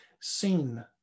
seen